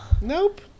Nope